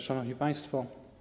Szanowni Państwo!